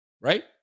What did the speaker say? right